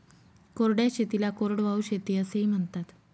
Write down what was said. कोरड्या शेतीला कोरडवाहू शेती असेही म्हणतात